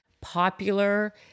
popular